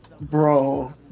bro